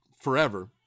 forever